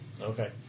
Okay